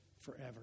forever